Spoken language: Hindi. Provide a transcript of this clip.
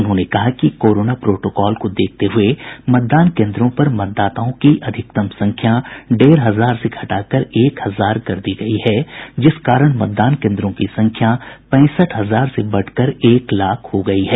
उन्होंने कहा कि कोरोना प्रोटोकॉल को देखते हुये मतदान केन्द्रों पर मतदाताओं की अधिकतम संख्या डेढ़ हजार से घटाकर एक हजार कर दी गयी है जिस कारण मतदान केन्द्रों की संख्या पैंसठ हजार से बढ़कर एक लाख हो गयी है